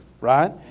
right